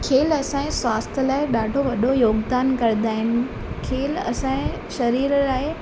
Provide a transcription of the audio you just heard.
खेल असांजे स्वास्थ्य लाइ ॾाढो वॾो योगदानु कंदा आहिनि खेलु असांजे शरीर लाइ